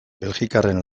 belgikarren